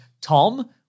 Tom